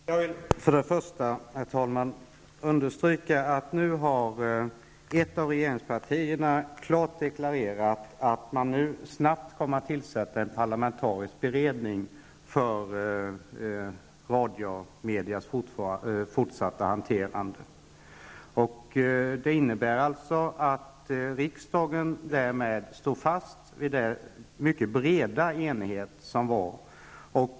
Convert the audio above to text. Herr talman! Jag vill först och främst understryka att ett av regeringspartierna nu klart har deklarerat att man snabbt kommer att tillsätta en parlamentarisk beredning för radiomedias fortsatta hanterande. Det innebär alltså att riksdagen därmed står fast vid den mycket breda enighet som har varit.